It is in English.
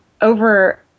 over –